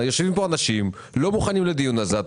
יושבים פה אנשים שלא מוכנים לדיון הזה,